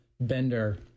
bender